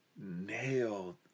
nailed